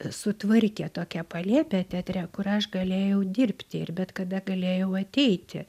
sutvarkė tokią palėpę teatre kur aš galėjau dirbti ir bet kada galėjau ateiti